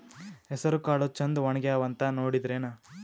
ಹೆಸರಕಾಳು ಛಂದ ಒಣಗ್ಯಾವಂತ ನೋಡಿದ್ರೆನ?